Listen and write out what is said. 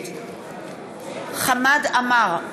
נגד חמד עמאר,